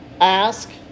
ask